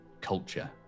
culture